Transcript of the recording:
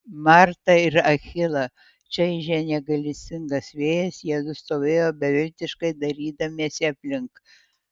martą ir achilą čaižė negailestingas vėjas jiedu stovėjo beviltiškai dairydamiesi aplink